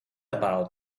about